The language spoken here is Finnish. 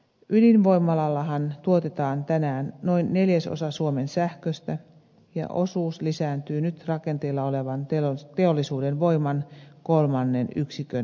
ydinvoimalallahan tuotetaan tänään noin neljäsosa suomen sähköstä ja osuus lisääntyy nyt rakenteilla olevan teollisuuden voiman kolmannen yksikön myötä